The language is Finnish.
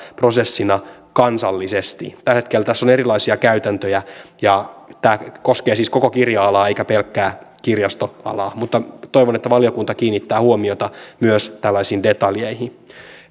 prosessina kansallisesti tällä hetkellä tässä on erilaisia käytäntöjä ja tämä koskee siis koko kirja alaa eikä pelkkää kirjastoalaa mutta toivon että valiokunta kiinnittää huomiota myös tällaisiin detaljeihin